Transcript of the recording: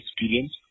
experience